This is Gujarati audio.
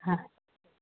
હા